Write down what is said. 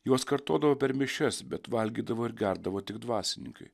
juos kartodavo per mišias bet valgydavo ir gerdavo tik dvasininkai